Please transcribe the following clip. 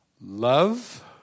love